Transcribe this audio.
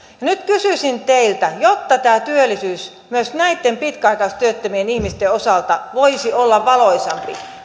nyt kysyisin teiltä jotta tämä työllisyys myös näitten pitkäaikaistyöttömien ihmisten osalta voisi olla valoisampi